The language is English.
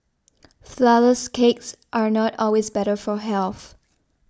Flourless Cakes are not always better for health